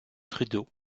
trudeau